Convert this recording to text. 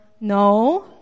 no